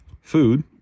food